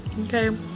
okay